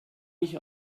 ich